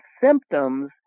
symptoms